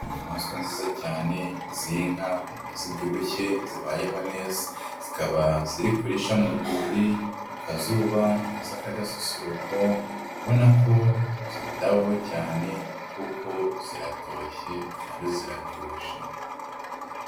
Inyamaswa nziza cyane z'inka , ubona zibyibushye, zibayeho neza. Zikaba ziri kurisha mu rwuri, ku kazuba keza kagasusuruko, ubona ko zitaweho cyane kuko ziratoshye kandi zirabyibushye.